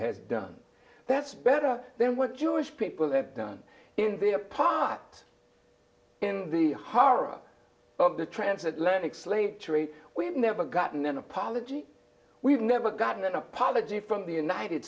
has done that's better than what jewish people have done in their pot in the hearo of the transatlantic slave trade we've never gotten an apology we've never gotten an apology from the united